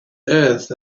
earth